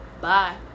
bye